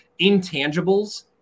intangibles